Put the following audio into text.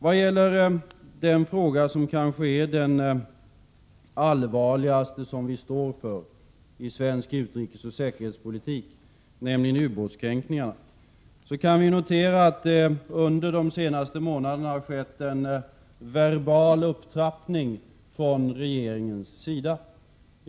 Vad gäller den fråga som kanske är den allvarligaste som vi står inför i svensk utrikesoch säkerhetspolitik, nämligen ubåtskränkningarna, kan noteras att det under de senaste månaderna har skett en verbal upptrappning från regeringens sida.